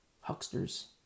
Hucksters